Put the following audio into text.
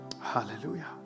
hallelujah